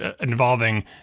involving